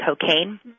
cocaine